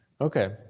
Okay